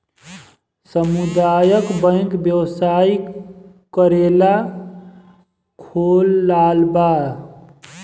सामुदायक बैंक व्यवसाय करेला खोलाल बा